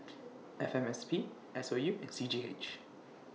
F M S P S O U and C G H